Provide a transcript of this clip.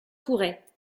tourret